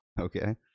Okay